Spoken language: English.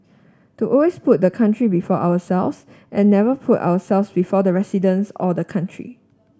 to always put the country before ourselves and never put ourselves before the residents or the country